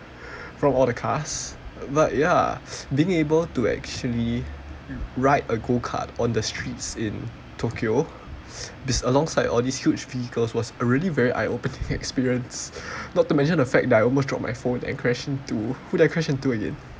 from all the cars but ya being able to actually ride a go kart on the streets in tokyo this alongside all these huge vehicles was really a very eye opening experience not to mention the fact that I almost dropped my phone and crash into who did I crash into again